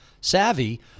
savvy